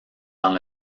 dans